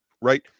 right